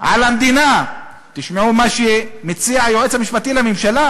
"על המדינה" תשמעו מה שמציע היועץ המשפטי לממשלה,